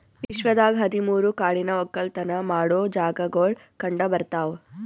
ವಿಶ್ವದಾಗ್ ಹದಿ ಮೂರು ಕಾಡಿನ ಒಕ್ಕಲತನ ಮಾಡೋ ಜಾಗಾಗೊಳ್ ಕಂಡ ಬರ್ತಾವ್